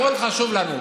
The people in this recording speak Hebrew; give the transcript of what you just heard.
הכול חשוב לנו,